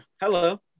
Hello